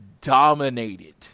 dominated